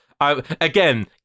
Again